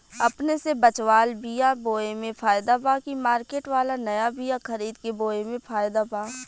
अपने से बचवाल बीया बोये मे फायदा बा की मार्केट वाला नया बीया खरीद के बोये मे फायदा बा?